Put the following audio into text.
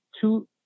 two